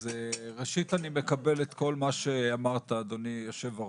אז ראשית, אני מקבל את כל מה שאמרת, אדוני היו"ר.